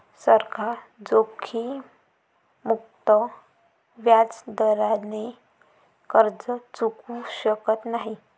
सरकार जोखीममुक्त व्याजदराने कर्ज चुकवू शकत नाही